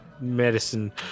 medicine